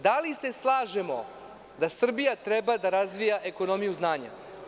Da li se slažemo da Srbija treba da razvija ekonomiju znanja?